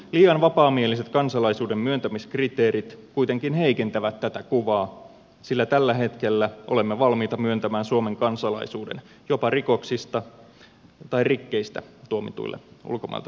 liian vapaamieliset kansalaisuuden myöntämiskriteerit kuitenkin heikentävät tätä kuvaa sillä tällä hetkellä olemme valmiita myöntämään suomen kansalaisuuden jopa rikoksista tai rikkeistä tuomituille ulkomailta tulleille henkilöille